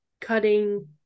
cutting